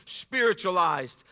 spiritualized